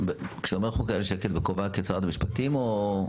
כשאתה אומר 'חוק איילת שקד' בכובעה כשרת המשפטים או?